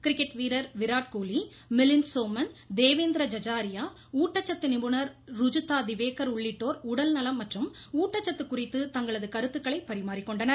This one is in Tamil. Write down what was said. கிரிக்கெட் வீரர் விராட் கோலி மிலின் சோமன் தேவேந்திர ஜஜாரியா ஊட்டச்சத்து நிபுணர் ருஜூதா திவேகர் உள்ளிட்டோர் உடல்நலம் மற்றும் ஊட்டச்சத்து குறித்து தங்களது கருத்துக்களை பரிமாறிக்கொண்டனர்